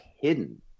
hidden